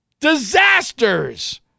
disasters